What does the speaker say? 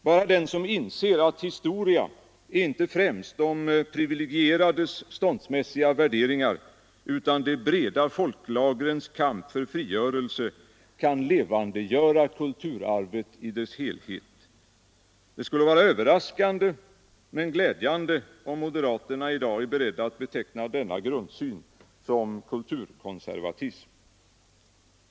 Bara den som inser att historia är inte främst de privilegierades ståndsmässiga värderingar utan de breda folklagrens kamp för frigörelse kan levandegöra kulturarvet i dess helhet. Det skulle vara överraskande men glädjande om moderaterna i dag är beredda att beteckna denna grundsyn som kulturkonservatism.